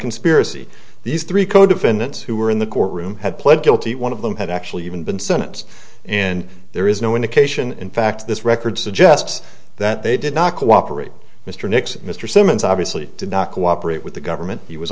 conspiracy these three co defendants who were in the courtroom had pled guilty one of them had actually even been sentenced and there is no indication in fact this record suggests that they did not cooperate mr nixon mr simmons obviously did not cooperate with the government he was